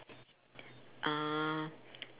uh